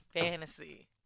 fantasy